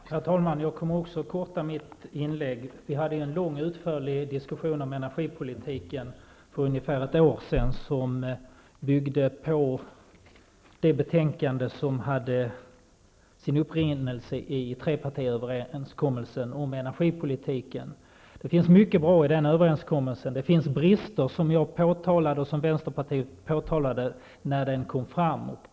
Herr talman! Jag kommer också att korta ned mitt inlägg. Vi hade för ungefär ett år sedan en lång och utförlig diskussion om energipolitiken som byggde på det betänkande som hade sin upprinnelse i trepartiöverenskommelsen om energipolitiken. Det finns mycket bra i den överenskommelse, och det finns brister som jag och vänsterpartiet påtalade när den kom till.